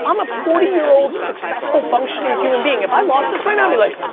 i'm a forty year old successful functioning human being, if i lost this right now i'd be like.